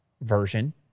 version